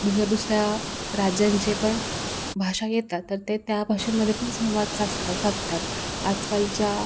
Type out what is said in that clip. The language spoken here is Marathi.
दुसऱ्या दुसऱ्या राज्यांचे पण भाषा येतात तर ते त्या भाषेमध्ये पण संवाद साधता साधतात आजकालच्या